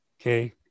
Okay